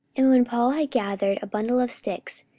and when paul had gathered a bundle of sticks,